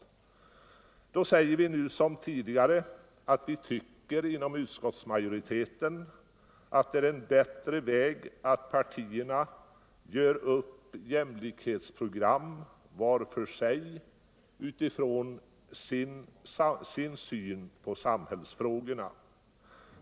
Därför säger vi nu som tidigare inom utskottsmajoriteten att vi tycker att det är en bättre väg att partierna gör upp jämlikhetsprogram var för sig utifrån sin syn på samhällsfrågorna.